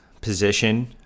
position